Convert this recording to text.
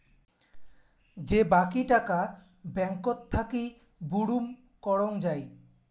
যে বাকী টাকা ব্যাঙ্কত থাকি বুরুম করং যাই